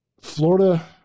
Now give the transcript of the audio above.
Florida